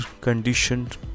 conditioned